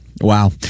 wow